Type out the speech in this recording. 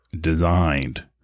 designed